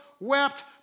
wept